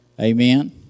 Amen